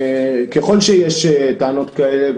ככל שיש טענות כאלה,